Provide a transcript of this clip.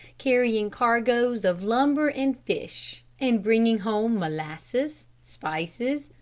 carrying cargoes of lumber and fish, and bringing home molasses, spices,